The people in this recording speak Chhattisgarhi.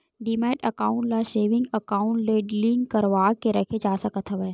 डीमैट अकाउंड ल सेविंग अकाउंक ले लिंक करवाके रखे जा सकत हवय